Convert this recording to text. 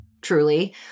truly